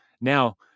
now